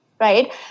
right